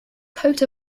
coat